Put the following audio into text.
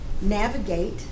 navigate